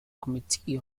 committee